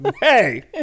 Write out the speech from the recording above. hey